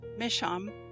Misham